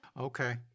Okay